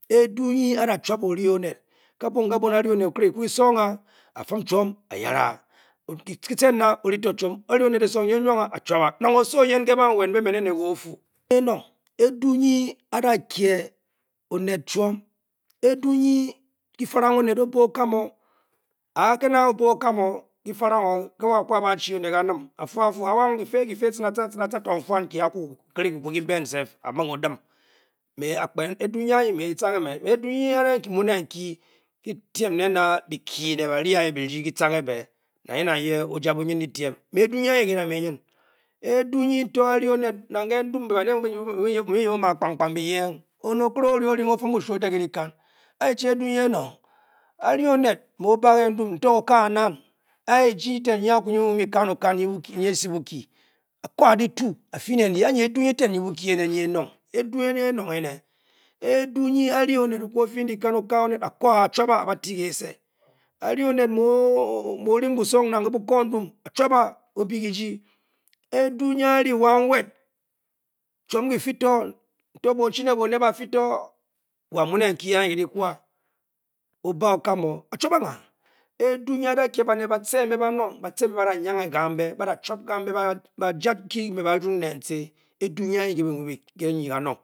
A'du e achub ole oniel ade le onel otor otem bem otuba orionel esunge ne wange ofem chom ekea odu ehe pefalanh anel obe okamu adu ne aye adu nye okili bu le anye a du naye chapali anol adu eteh nye boki adu enor ne nye ari and le latu ba kur ba tey kese bari and mu te len bosung bakur ha ba te tuse a du enya a ale wan wed bochi bofi otu chom otey okim adua anye nga nye hanor bky-21-P025-4. Yang iye age men age etle le ba be a gi a yange e ple tat tuabe aje etah inyan na wan ba pri tor ba kwan na turon na le nwel nmu mba tar ba futor ba mani sang beinn bem inye pana tange kan be payed eh ba ni aze yen a buchi na e be mu be tum or wor arung wa bundi eswor opriopkabii be pu evor tuabe ibe atube bua ne ta tiei aye ne nantep ke mba ba chi bakue nnele aje a chebu buasem anele leshi eteh mu mo nahong ashe tah na nase le ban ba far pka ptua bky-09-C038-5. twey ba alenta bobo jesor mbu bo yai yen mbua ye ene akele achi che anye bantele bokan ba pkele dep kam pu pa kan ba tah me too mule taa kan cocoa, coca to aunan mba a omu ane kpa cocoa kese infeng be fel inge omo ot oke mani tar kan tuey apko aman anam aku te'am.